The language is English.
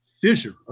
fissure